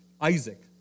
Isaac